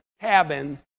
cabin